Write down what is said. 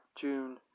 June